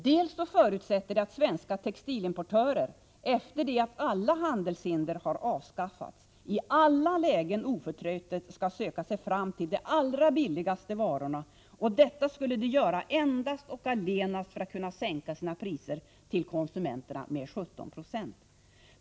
Dels förutsätter det att svenska textilimportörer, efter det att alla handelshinder har avskaffats, i alla lägen oförtrutet skall söka sig fram till de allra billigaste varorna, och detta skulle de göra endast och allenast för att kunna sänka sina priser till konsumenterna med 17 96.